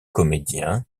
comédien